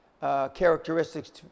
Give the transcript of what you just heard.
characteristics